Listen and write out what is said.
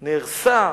נהרסה,